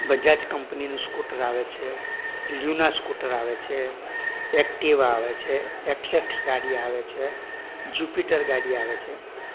બજાજ કંપનીનું સ્કૂટર આવે છે લ્યુના સ્કૂટર આવે છે એક્ટિવા આવે છે એક્સએક્સ ગાડી આવે છે જુપીટર ગાડી આવે છે